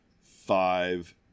five